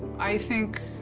i think,